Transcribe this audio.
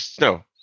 No